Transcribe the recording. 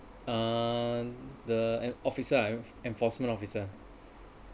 uh the um officer I enforcement officer